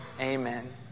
Amen